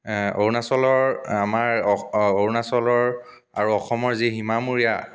অৰুণাচলৰ আমাৰ অস অৰুণাচলৰ আৰু অসমৰ যি সীমামূৰীয়া